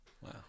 wow